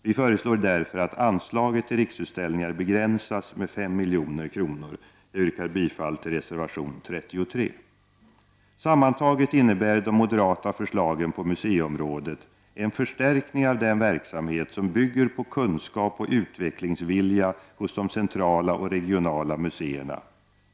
Vi föreslår därför att anslaget till Riksutställningar begränsas med 5 milj.kr. Jag yrkar bifall till reservation 33. Sammantaget innebär de moderata förslagen på museiområdet en förstärkning av den verksamhet som bygger på kunskap och utvecklingsvilja hos de centrala och regionala museerna.